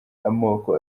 amoko